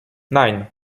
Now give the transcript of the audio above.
nine